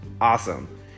Awesome